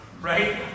right